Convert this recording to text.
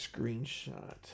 screenshot